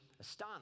astonished